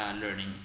learning